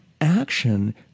action